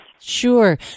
Sure